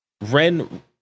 Ren